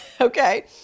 okay